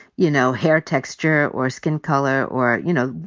you know, hair texture or skin color, or, you know,